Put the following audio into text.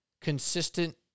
consistent